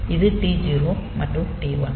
இது T0 மற்றும் T1